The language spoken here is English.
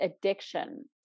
addiction